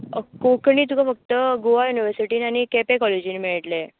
कोंकणी तुका फक्त गोवा युनिवर्सिटीन आनी केपें कॉलेजीन मेळटलें